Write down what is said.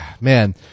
Man